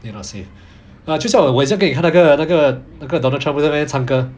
you are not safe lah just now 我也是要给你看那个那个那个 donald trump over there 唱歌